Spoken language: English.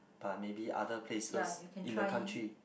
but maybe other places in the country